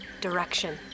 Direction